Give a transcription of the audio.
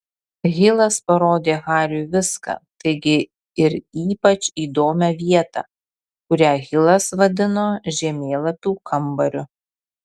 hilas parodė hariui viską taigi ir ypač įdomią vietą kurią hilas vadino žemėlapių kambariu